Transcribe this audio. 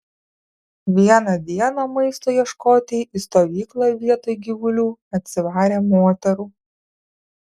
vieną dieną maisto ieškotojai į stovyklą vietoj gyvulių atsivarė moterų